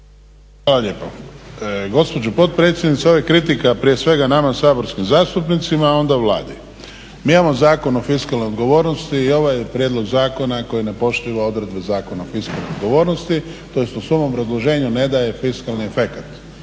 Hvala lijepo. Gospođo potpredsjednice, ovo je kritika prije svega nama saborskim zastupnicima, a onda Vladi. Mi imamo Zakon o fiskalnoj odgovornosti i ovaj je prijedlog zakona koji ne poštuje odredbe Zakona o fiskalnoj odgovornosti, tj. u svome obrazloženju ne daje fiskalni efekat.